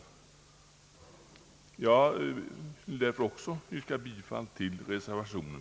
Jag vill alltså yrka bifall till reservationen.